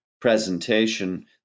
presentation